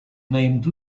named